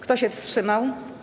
Kto się wstrzymał?